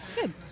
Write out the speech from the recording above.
Good